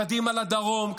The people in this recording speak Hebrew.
קדימה לדרום,